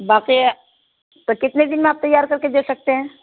باقی تو کتنے دن میں آپ تیار کر کے دے سکتے ہیں